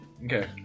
Okay